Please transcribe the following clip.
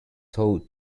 though